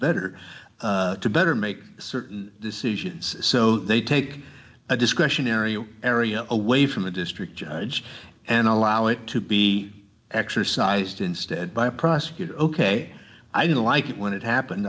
better to better make certain decisions so they take a discretionary you area away from the district judge and allow it to be exercised instead by a prosecutor ok i don't like it when it happened